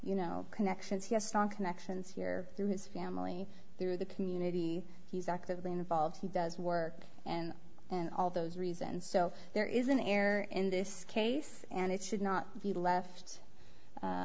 you know connections he has strong connections here through his family through the community he's actively involved he does work and and all those reasons so there is an error in this case and it should not be le